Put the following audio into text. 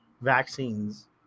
vaccines